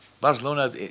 Barcelona